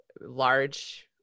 large